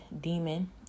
demon